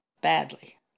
badly